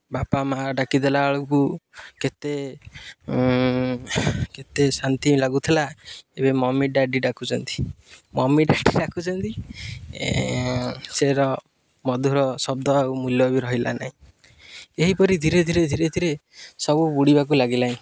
ବାପା ମାଆ ଡାକିଦେଲା ବେଳକୁ କେତେ କେତେ ଶାନ୍ତି ଲାଗୁଥିଲା ଏବେ ମମି ଡାଡ଼ି ଡାକୁଛନ୍ତି ମମି ଡାଡ଼ି ଡାକୁଛନ୍ତି ସେ ର ମଧୁର ଶବ୍ଦ ଆଉ ମୂଲ୍ୟ ବି ରହିଲା ନାହିଁ ଏହିପରି ଧୀରେ ଧୀରେ ଧୀରେ ଧୀରେ ସବୁ ବୁଡ଼ିବାକୁ ଲାଗିଲାଣି